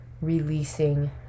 releasing